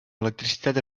electricitat